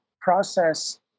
process